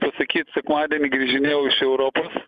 pasakyt sekmadienį grįžinėjau iš europos